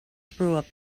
through